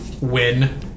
win